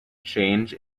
change